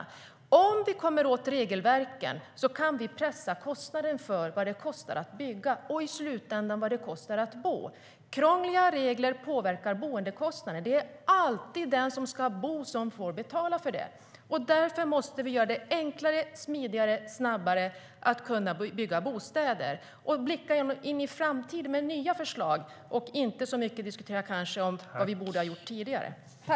Därför måste vi göra det enklare, smidigare och snabbare att bygga bostäder. Blicka in i framtiden med nya förslag i stället för att diskutera vad vi borde ha gjort tidigare.